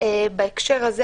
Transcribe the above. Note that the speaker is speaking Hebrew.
בהקשר הזה